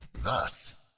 thus,